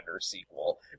sequel